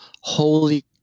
holy